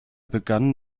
begann